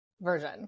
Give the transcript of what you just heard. version